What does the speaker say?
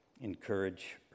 encourage